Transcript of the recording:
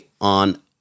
on